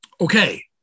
Okay